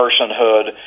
personhood